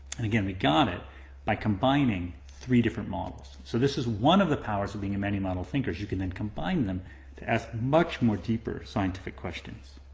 and again, we got it by combining three different models. so this one of the powers of being a many model thinker, is you can then combine them to ask much more deeper scientific questions.